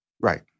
Right